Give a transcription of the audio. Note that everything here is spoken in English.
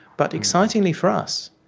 but excitingly for us,